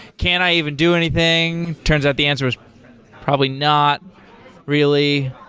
can i even do anything? turns out the answer was probably not really.